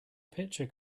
pitcher